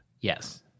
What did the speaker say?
yes